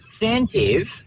incentive